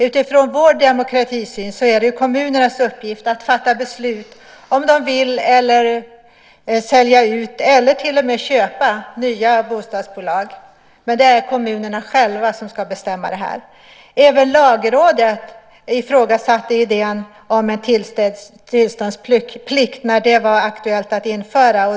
Utifrån vår demokratisyn är det kommunernas uppgift att fatta beslut om de vill sälja ut eller till och med köpa nya bostadsbolag. Men det är kommunerna själva som ska bestämma det. Även Lagrådet ifrågasatte idén om en tillståndsplikt när den var aktuell att införa.